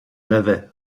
navet